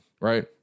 right